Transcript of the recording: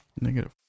Negative